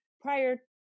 prior